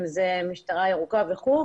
אם זה המשטרה הירוקה וכו'.